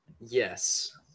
yes